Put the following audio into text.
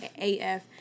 AF